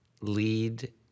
lead